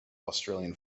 australian